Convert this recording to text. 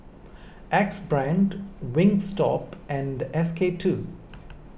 Axe Brand Wingstop and S K two